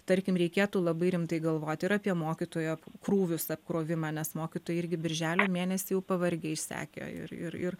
tarkim reikėtų labai rimtai galvoti ir apie mokytojo krūvius apkrovimą nes mokytojai irgi birželio mėnesį jau pavargę išsekę ir ir ir